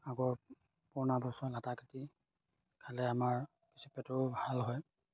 আগৰ পুৰণা বছৰ লেটাগুটি খালে আমাৰ কিছু পেটৰো ভাল হয়